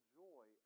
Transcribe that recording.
joy